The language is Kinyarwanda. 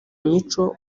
micho